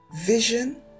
vision